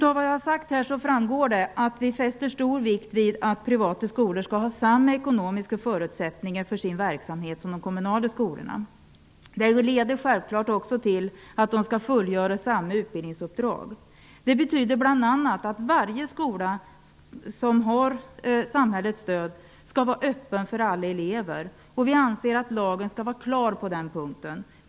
Av vad jag har sagt framgår att vi fäster stor vikt vid att privata skolor skall ha samma ekonomiska förutsättningar för sin verksamhet som de kommunala skolorna. Det leder självfallet också till att de skall fullgöra samma utbildningsuppdrag. Det betyder bl.a. att varje skola som har samhällets stöd skall vara öppen för alla elever, och vi anser att lagen skall vara klar på den punkten.